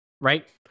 right